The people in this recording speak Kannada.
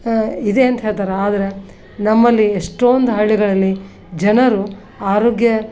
ಇದೆಯಂತ ಹೇಳ್ತಾರೆ ಆದ್ರೆ ನಮ್ಮಲ್ಲಿ ಎಷ್ಟೊಂದು ಹಳ್ಳಿಗಳಲ್ಲಿ ಜನರು ಆರೋಗ್ಯ